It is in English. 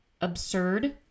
absurd